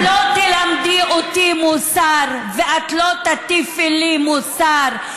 את לא תלמדי אותי מוסר, ואת לא תטיפי לי מוסר.